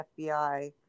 FBI